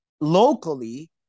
locally